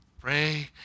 Pray